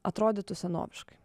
atrodytų senoviškai